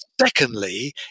Secondly